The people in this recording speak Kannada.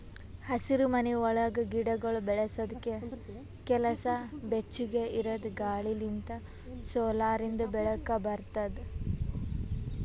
ಹಸಿರುಮನಿ ಒಳಗ್ ಗಿಡಗೊಳ್ ಬೆಳಸದ್ ಕೆಲಸ ಬೆಚ್ಚುಗ್ ಇರದ್ ಗಾಳಿ ಲಿಂತ್ ಸೋಲಾರಿಂದು ಬೆಳಕ ಬರ್ತುದ